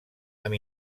amb